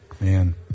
Man